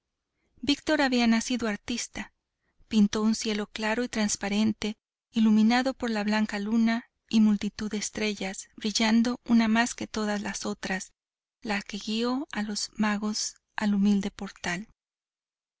víctor había nacido artista pintó un cielo claro y transparente iluminado por la blanca luna y multitud de estrellas brillando una más que todas las otras la que guió a los magos al humilde portal